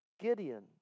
Gideon